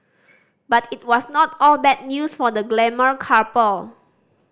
but it was not all bad news for the glamour couple